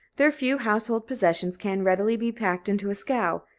their few household possessions can readily be packed into a scow,